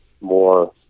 more